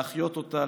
להחיות אותה,